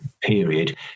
period